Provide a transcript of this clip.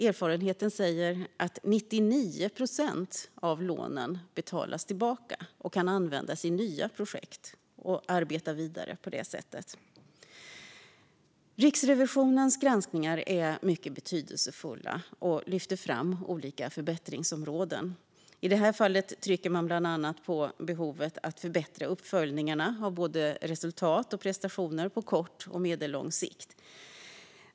Erfarenheten säger att 99 procent av lånen betalas tillbaka och kan användas i nya projekt. På så vis kan man arbeta vidare på samma sätt. Riksrevisionens granskningar är mycket betydelsefulla och lyfter fram olika förbättringsområden. I det här fallet trycker man bland annat på behovet av att förbättra uppföljningarna av både resultat och prestationer på kort och medellång sikt.